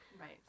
Right